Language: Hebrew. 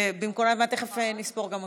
תכף נספור גם אתכם.